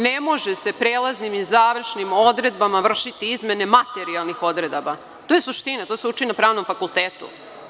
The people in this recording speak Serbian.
Ne može se prelaznim i završnim odredbama vršiti izmene materijalnih odredaba, to je suština i to se uči na pravnom fakultetu.